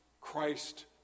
Christ